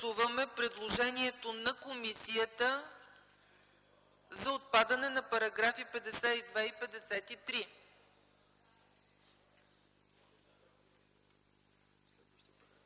предложението на комисията за отпадане на параграфи с